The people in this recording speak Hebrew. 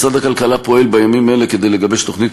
משרד הכלכלה פועל בימים אלה כדי לגבש תוכנית